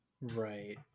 Right